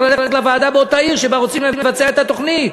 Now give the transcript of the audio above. צריך ללכת לוועדה באותה עיר שבה רוצים לבצע את התוכנית?